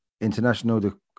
International